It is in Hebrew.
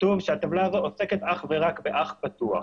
שהטבלה הזו עוסקת אך ורק באח פתוח.